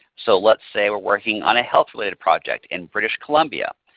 so let's say we are working on a health-related project in british columbia.